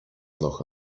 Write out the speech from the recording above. noch